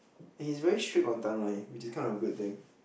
and he is very strict on timeline which is kind of a good thing